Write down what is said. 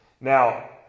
now